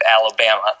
Alabama